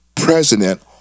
president